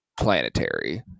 planetary